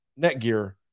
netgear